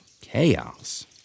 chaos